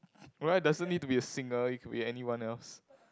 doesn't need to be a singer it could be anyone else